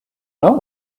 know